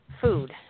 food